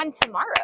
tomorrow